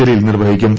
ജലീൽ നിർവഹിക്കും